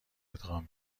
ادغام